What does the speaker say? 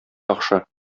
яхшы